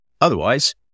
Otherwise